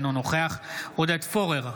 אינו נוכח עודד פורר,